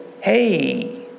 hey